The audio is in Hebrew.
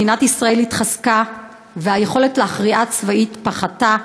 מדינת ישראל התחזקה והיכולת להכריעה צבאית פחתה,